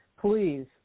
please